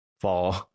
fall